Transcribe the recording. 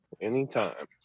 anytime